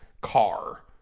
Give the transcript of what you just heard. car